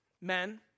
Men